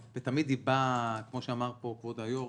ותמיד היא באה לוועדה, כמו שאמר פה כבוד היו"ר.